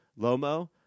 Lomo